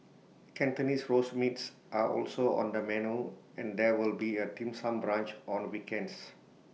Cantonese Roast Meats are also on the menu and there will be A dim sum brunch on weekends